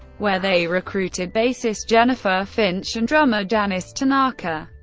where they recruited bassist jennifer finch and drummer janis tanaka.